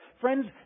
friends